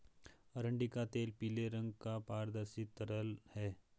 अरंडी का तेल पीले रंग का पारदर्शी तरल है